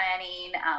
planning